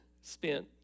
spent